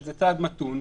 זה אסתטיקה ציבורית.